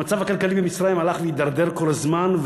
המצב הכלכלי במצרים הלך והתדרדר כל הזמן,